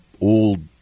old